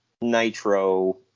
Nitro